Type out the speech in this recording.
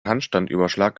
handstandüberschlag